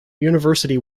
university